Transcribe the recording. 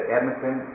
Edmonton